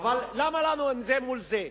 אבל למה לנו לעשות זה מול זה?